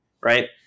right